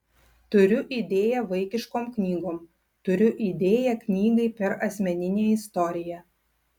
turiu idėją vaikiškom knygom turiu idėją knygai per asmeninę istoriją